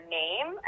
name